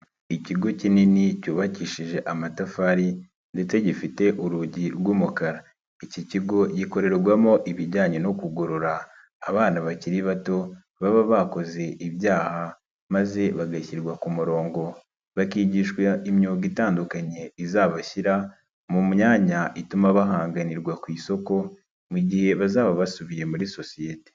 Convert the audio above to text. Ikigo kinini cyubakishije amatafari ndetse gifite urugi rw'umukara. Iki kigo gikorerwamo ibijyanye no kugorora abana bakiri bato baba bakoze ibyaha maze bagashyirwa ku murongo, bakigishwa imyuga itandukanye izabashyira mu myanya ituma bahanganirwa ku isoko, mu gihe bazaba basubiye muri sosiyete.